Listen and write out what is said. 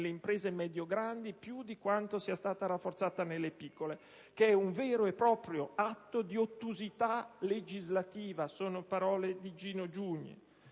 imprese medio-grandi più di quanto sia stata rafforzata nelle piccole: che è un vero e proprio atto di ottusità legislativa... Una riforma assai